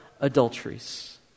adulteries